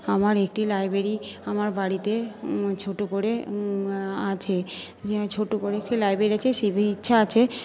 আমার একটি লাইব্রেরি আমার বাড়িতে ছোট করে আছে ছোট করে একটি লাইব্রেরি আছে সেটি ইচ্ছা আছে